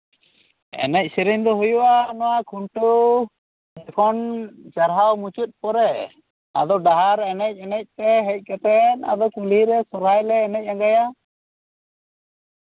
ᱮᱱᱮᱡ ᱥᱮᱹᱨᱮᱹᱧ ᱫᱚ ᱦᱩᱭᱩᱜᱼᱟ ᱱᱚᱶᱟ ᱠᱷᱩᱱᱴᱟᱹᱣ ᱡᱚᱠᱷᱚᱱ ᱪᱟᱨᱦᱟᱣ ᱢᱩᱪᱟᱹᱫ ᱯᱚᱨᱮ ᱟᱫᱚ ᱰᱟᱦᱟᱨ ᱮᱱᱮᱡ ᱮᱱᱮᱡᱛᱮ ᱦᱮᱡ ᱠᱟᱛᱮᱫ ᱟᱫᱚ ᱠᱩᱞᱦᱤᱨᱮ ᱥᱚᱨᱦᱟᱭᱞᱮ ᱮᱱᱮᱡ ᱟᱸᱝᱜᱟᱭᱟ